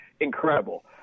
incredible